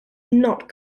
not